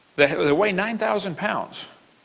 they weigh nine thousand pounds